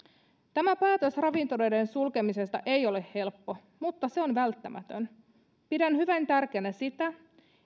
tämä päätös ravintoloiden sulkemisesta ei ole helppo mutta se on välttämätön pidän hyvin tärkeänä sitä